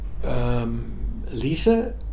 Lisa